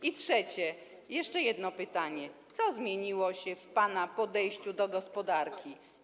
I trzecie, jeszcze jedno pytanie: Co zmieniło się w pana podejściu do gospodarki?